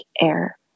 air